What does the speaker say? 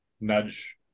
nudge